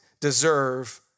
deserve